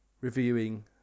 reviewing